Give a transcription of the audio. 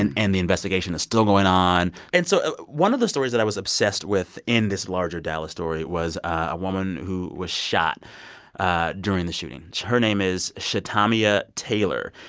and and the investigation is still going on. and so one of the stories that i was obsessed with in this larger dallas story was a woman who was shot ah during the shooting. her name is shetamia taylor.